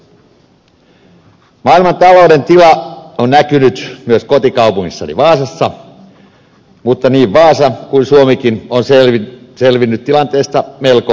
maailman talouden tila on näkynyt myös kotikaupungissani vaasassa mutta niin vaasa kuin suomikin on selvinnyt tilanteesta melko hyvin